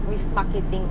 with marketing